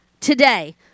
today